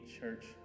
church